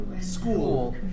school